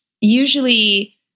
Usually